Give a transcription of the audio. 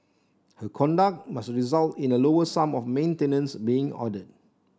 her conduct must result in a lower sum of maintenance being ordered